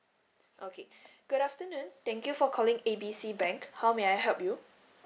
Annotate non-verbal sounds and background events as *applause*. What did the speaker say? okay *breath* good afternoon thank you for calling A B C bank how may I help you